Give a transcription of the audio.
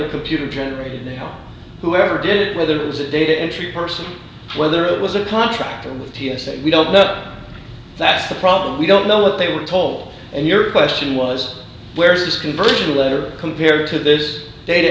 the computer generated there are whoever did it whether it was a data entry person whether it was a contractor with t s a we don't know that's the problem we don't know what they were told and your question was where's this conversion letter compared to this data